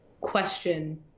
question